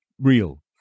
real